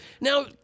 Now